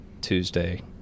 Tuesday